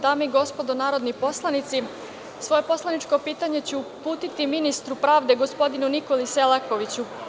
Dame i gospodo narodni poslanici, poslaničko pitanje ću uputiti ministru pravde, gospodinu Nikoli Selakoviću.